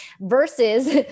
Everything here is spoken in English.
versus